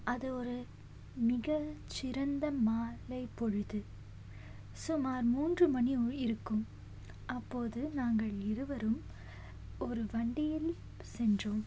அது ஒரு மிகச்சிறந்த மாலைப்பொழுது சுமார் மூன்று மணி உ இருக்கும் அப்போது நாங்கள் இருவரும் ஒரு வண்டியில் சென்றோம்